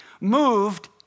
moved